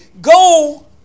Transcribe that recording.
go